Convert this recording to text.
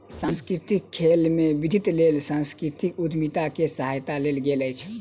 सांस्कृतिक खेल में वृद्धिक लेल सांस्कृतिक उद्यमिता के सहायता लेल गेल अछि